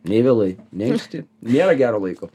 nei vėlai nei anksti nėra gero laiko